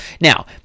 Now